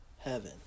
heaven